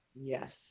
Yes